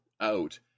out